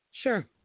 Sure